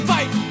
Fight